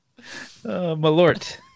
Malort